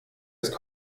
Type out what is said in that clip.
ist